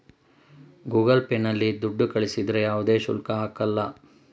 Google Pay ನಲ್ಲಿ ದುಡ್ಡು ಕಳಿಸಿದರೆ ಯಾವುದೇ ಶುಲ್ಕ ಹಾಕಲ್ಲ